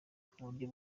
kuburyo